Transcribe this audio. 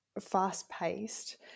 fast-paced